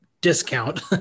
discount